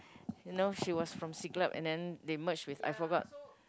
you know she was from Siglah and then they merge with I forgot